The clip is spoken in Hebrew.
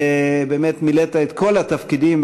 ובאמת מילאת את כל התפקידים.